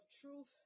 truth